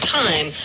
time